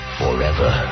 forever